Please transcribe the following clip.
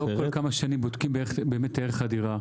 למה לא כל כמה שנים בודקים באמת את ערך הדירה?